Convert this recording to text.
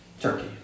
Turkey